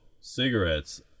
cigarettes